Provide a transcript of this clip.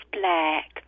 black